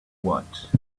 what